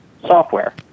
software